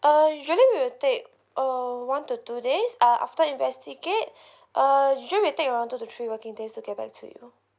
uh usually we will take uh one to two days uh after investigate uh usually we take around two to three working days to get back to you